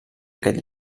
aquest